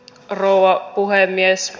rouva puhemies